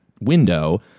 window